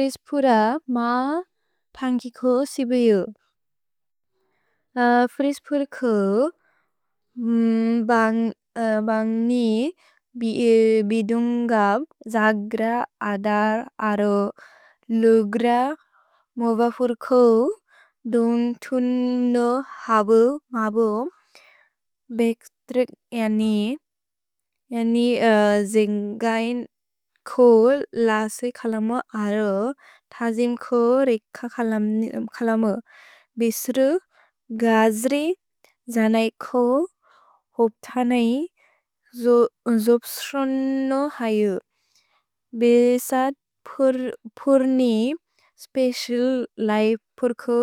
रिस्पुर म पन्गिको सिबिउ। रिस्पुर्कु बनि बिदुन्गब् जग्र अअर् अरो लुग्र मोवफुर्कु दुन्ग् तुन्लो हबु मबु। भेक्त्रिक् जनि, जनि जिन्गैन् कोल् लसि कलम अरो तजिम् को रेक्क कलम बेस्रु गज्रि जनै को होप्थनेइ जोप्स्रोन्नो हयु। भेसत् पुर्नि स्पेसु लैपुर्कु